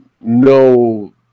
no